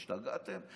השתגעתם?